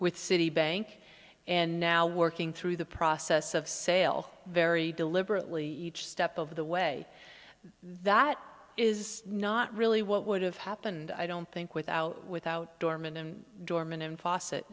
with citibank and now working through the process of sale very deliberately each step of the way that is not really what would have happened i don't think without without dormant and dormant in fawcet